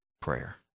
Prayer